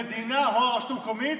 המדינה או הרשות המקומית,